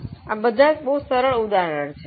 તેથી આ બધા સરળ ઉદાહરણ છે